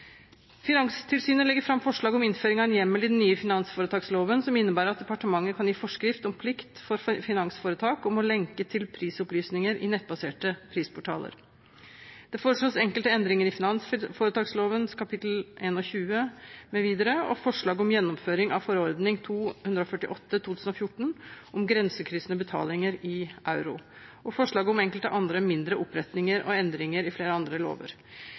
legger fram forslag om innføring av en hjemmel i den nye finansforetaksloven som innebærer at departementet kan gi forskrift om plikt for finansforetak om å lenke til prisopplysninger i nettbaserte prisportaler. Det foreslås enkelte endringer i finansforetaksloven kapittel 21 mv., forslag om gjennomføring av forordning 248/2014 om grensekryssende betalinger i euro og forslag om enkelte andre mindre opprettinger og endringer i flere andre lover.